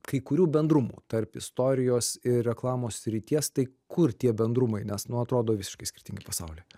kai kurių bendrumų tarp istorijos ir reklamos srities tai kur tie bendrumai nes nu atrodo visiškai skirtingi pasauliai